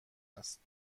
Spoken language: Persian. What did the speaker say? است